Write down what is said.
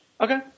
Okay